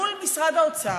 מול משרד האוצר,